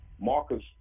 Marcus